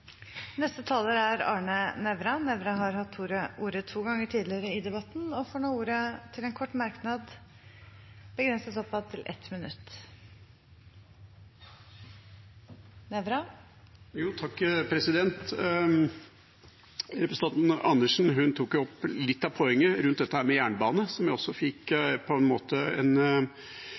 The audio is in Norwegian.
Arne Nævra har hatt ordet to ganger tidligere og får ordet til en kort merknad, begrenset til 1 minutt. Representanten Andersen tok opp litt av poenget rundt dette med jernbane, som jeg på en måte fikk en